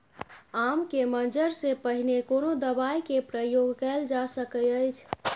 आम के मंजर से पहिले कोनो दवाई के प्रयोग कैल जा सकय अछि?